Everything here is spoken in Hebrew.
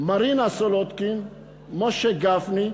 מרינה סולודקין, משה גפני,